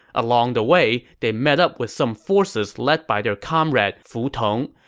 along the way, they met up with some forces led by their comrade fu tong,